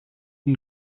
den